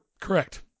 Correct